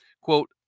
quote